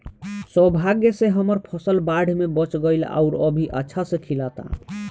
सौभाग्य से हमर फसल बाढ़ में बच गइल आउर अभी अच्छा से खिलता